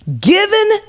Given